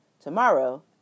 Tomorrow